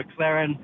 McLaren